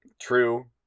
true